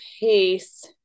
pace